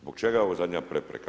Zbog čega je ovo zadnja prepreka?